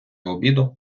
обіду